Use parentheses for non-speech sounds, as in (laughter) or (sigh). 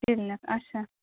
(unintelligible) اچھا